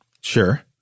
Sure